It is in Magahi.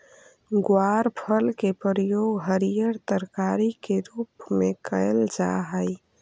ग्वारफल के प्रयोग हरियर तरकारी के रूप में कयल जा हई